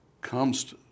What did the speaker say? comes